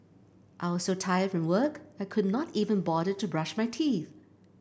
I was so tired from work I could not even bother to brush my teeth